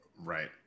right